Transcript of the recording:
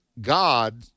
God